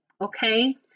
okay